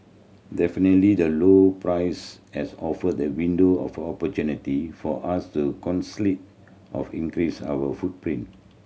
definitely the low price has offered the window of opportunity for us to of increase our footprint